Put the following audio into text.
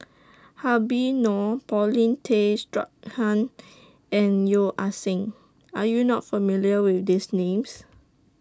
Habib Noh Paulin Tay Straughan and Yeo Ah Seng Are YOU not familiar with These Names